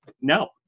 no